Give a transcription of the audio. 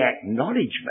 acknowledgement